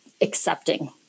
accepting